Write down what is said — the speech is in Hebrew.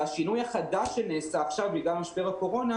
השינוי החדש שנעשה עכשיו בגלל משבר הקורונה